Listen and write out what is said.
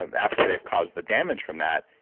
and after they've caused the damage from that,